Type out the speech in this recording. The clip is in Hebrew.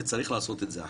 שצריך לעשות את זה אחרת.